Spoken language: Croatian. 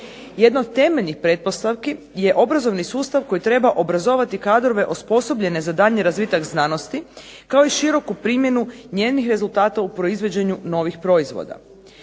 Jedna od temeljnih pretpostavki je obrazovni sustav koji treba obrazovati kadrove osposobljene za daljnji razvitak znanosti, kao i široku primjenu njenih rezultata u proizvođenju novih proizvoda.